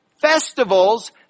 festivals